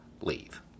leave